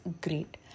great